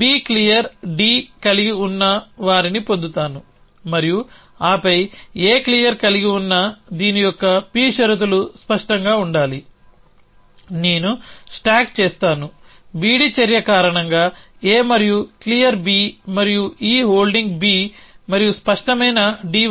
B clear D కలిగి ఉన్నవారిని పొందుతాను మరియు ఆపై A క్లియర్ కలిగి ఉన్న దీని యొక్క p షరతులు స్పష్టంగా ఉండాలి నేనుస్టాక్ చేస్తాను BD చర్య కారణంగా A మరియు క్లియర్ B మరియు ఈ హోల్డింగ్ B మరియు స్పష్టమైన D వస్తాయి